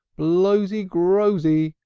blows-y, grows-y,